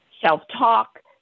self-talk